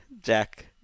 Jack